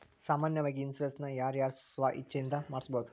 ಸಾಮಾನ್ಯಾವಾಗಿ ಇನ್ಸುರೆನ್ಸ್ ನ ಯಾರ್ ಯಾರ್ ಸ್ವ ಇಛ್ಛೆಇಂದಾ ಮಾಡ್ಸಬೊದು?